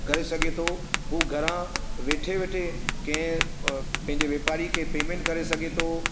करे सघे थो उहा घरां वेठे वेठे कै पंहिंजे वापारी खे पेमेंट करे सघे थो